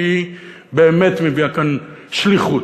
כי היא באמת מביאה כאן שליחות.